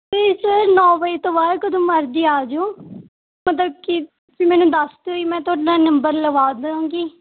ਅਤੇ ਸਰ ਨੌਂ ਵਜੇ ਤੋਂ ਬਾਅਦ ਕਦੋਂ ਮਰਜੀ ਆ ਜਾਇਓ ਮਤਲਬ ਕਿ ਵੀ ਮੈਨੂੰ ਦੱਸ ਦਿਓ ਜੀ ਮੈਂ ਤੁਹਾਡਾ ਨੰਬਰ ਲਗਵਾ ਦਾਂਗੀ